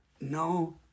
No